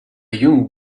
young